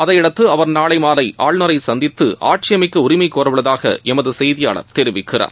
அதையடுத்து அவர் நாளை மாலை ஆளுநரை சந்தித்து ஆட்சியமைக்க உரிமை கோரவுள்ளதாக எமது செய்தியாளர் தெரிவிக்கிறார்